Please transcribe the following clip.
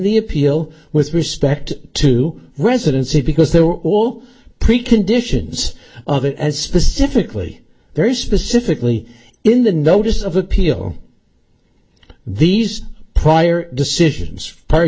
the appeal with respect to residency because there were all preconditions of it as specifically very specifically in the notice of appeal these prior decisions par